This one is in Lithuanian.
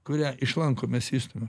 kurią iš lanko mes išstumiam